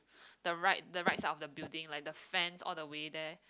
the right the right side of the building like the fence all the way there